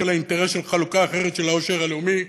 לאינטרס של חלוקה אחרת של העושר הלאומי,